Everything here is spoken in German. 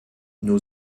nur